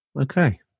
Okay